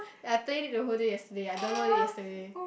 then I played it the whole day yesterday I downloaded it yesterday